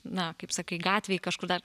na kaip sakai gatvėj kažkur dar